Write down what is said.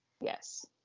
Yes